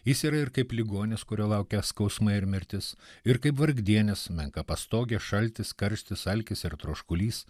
jis yra ir kaip ligonis kurio laukia skausmai ir mirtis ir kaip vargdienis su menka pastoge šaltis karštis alkis ir troškulys